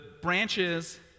branches